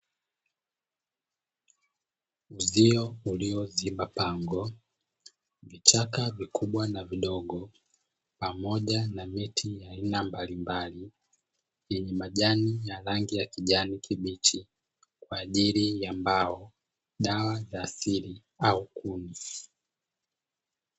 Uzio ulio ziba pango, vichaka vikubwa na vidogo pamoja na miti ya aina mbalimbali yenye majani ya rangi ya kijani kibichi kwa ajili ya mbao, dawa za asili au kuni.